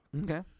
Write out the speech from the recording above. Okay